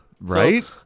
Right